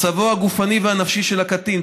מצבו הגופני והנפשי של הקטין,